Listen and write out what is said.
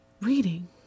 reading